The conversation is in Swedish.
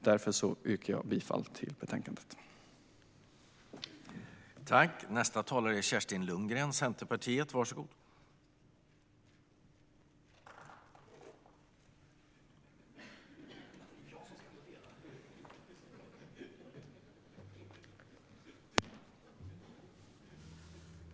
Jag yrkar därför bifall till utskottets förslag.